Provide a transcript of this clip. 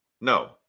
no